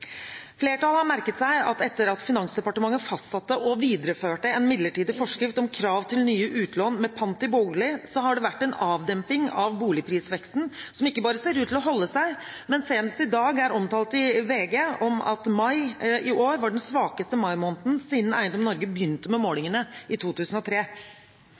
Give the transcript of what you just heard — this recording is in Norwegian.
Flertallet har merket seg at det etter at Finansdepartementet fastsatte og videreførte en midlertidig forskrift om krav til nye utlån med pant i bolig, har vært en avdemping av boligprisveksten, som ikke bare ser ut til å holde seg, men som senest i dag er omtalt i VG som den svakeste mai-måneden siden Eiendom Norge begynte med målingene i 2003.